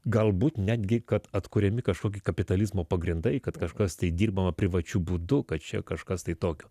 galbūt netgi kad atkuriami kažkokie kapitalizmo pagrindai kad kažkas tai dirbama privačiu būdu kad čia kažkas tai tokio